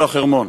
והחרמון.